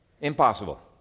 Impossible